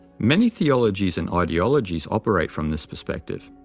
many theologies and ideologies operate from this perspective.